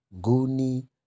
Guni